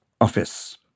office